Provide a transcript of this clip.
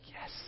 yes